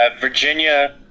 Virginia –